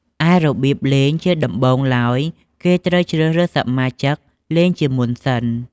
ឯរបៀបលេង ជាដំបូងឡើយ គេត្រូវជ្រើសរើសសមាជិកលេងជាមុនសិន។